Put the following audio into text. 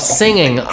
singing